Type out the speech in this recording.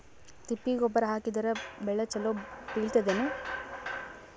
ತಿಪ್ಪಿ ಗೊಬ್ಬರ ಹಾಕಿದರ ಬೆಳ ಚಲೋ ಬೆಳಿತದೇನು?